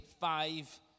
five